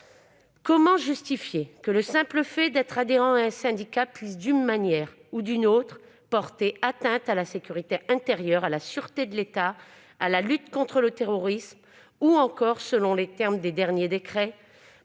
Comment justifier que le simple fait d'être adhérent à un syndicat puisse, d'une manière ou d'une autre, porter atteinte à la sécurité intérieure, à la sûreté de l'État, qu'elle puisse nuire à la lutte contre le terrorisme ou encore, selon les termes des derniers décrets,